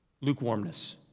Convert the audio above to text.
lukewarmness